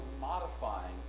modifying